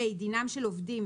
(ה)דינם של עובדים,